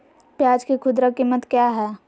प्याज के खुदरा कीमत क्या है?